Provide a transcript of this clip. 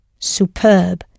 superb